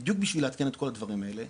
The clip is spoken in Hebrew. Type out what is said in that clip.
בדיוק בשביל לעדכן את כל הדברים האלה.